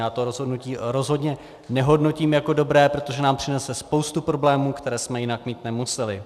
Já to rozhodnutí rozhodně nehodnotím jako dobré, protože nám přinese spoustu problémů, které jsme jinak mít nemuseli.